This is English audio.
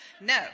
No